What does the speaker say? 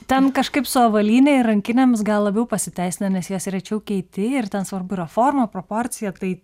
ten kažkaip su avalyne ir rankinėmis gal labiau pasiteisina nes jas rečiau keiti ir ten svarbu yra forma proporcija tai